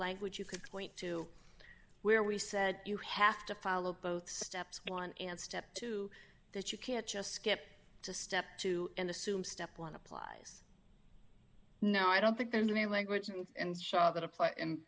language you could point to where we said you have to follow both steps one and step two that you can't just skip to step two and assume step one applies no i don't think there is a language and